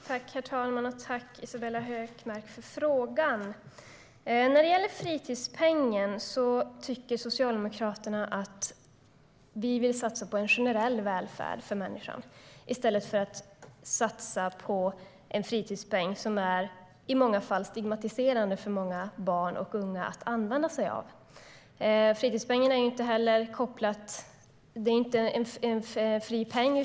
Herr talman! Tack, Isabella Hökmark, för frågan! När det gäller fritidspengen vill Socialdemokraterna hellre satsa på en generell välfärd än att satsa på en fritidspeng som i många fall är stigmatiserande för barn och unga när det gäller att använda sig av den. Fritidspengen är inte någon fri peng.